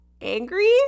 angry